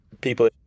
people